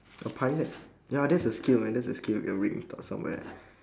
A pilot ya that's a skill man that's a skill you're somewhere